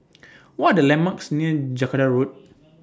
What Are The landmarks near Jacaranda Road